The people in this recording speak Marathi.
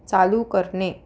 चालू करणे